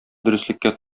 дөреслеккә